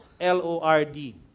L-O-R-D